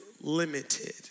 limited